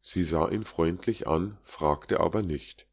sie sah ihn freundlich an fragte aber nicht